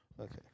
Okay